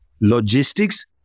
Logistics